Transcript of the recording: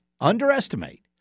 underestimate